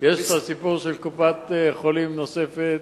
יש הסיפור של קופת-חולים נוספת,